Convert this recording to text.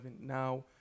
Now